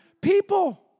people